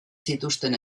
zituzten